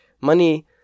money